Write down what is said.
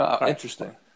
interesting